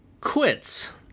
quits